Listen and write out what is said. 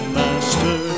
master